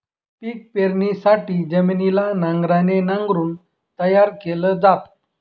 पिक पेरणीसाठी जमिनीला नांगराने नांगरून तयार केल जात